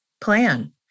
plan